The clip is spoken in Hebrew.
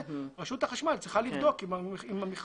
זה רשות החשמל צריכה לבדוק אם המכרזים